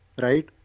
right